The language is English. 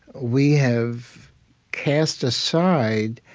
we have cast aside,